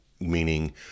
meaning